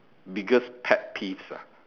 biggest pet peeves lah